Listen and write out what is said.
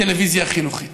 הטלוויזיה החינוכית.